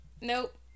Nope